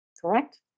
correct